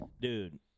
dude